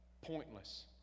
pointless